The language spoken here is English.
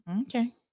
Okay